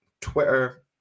Twitter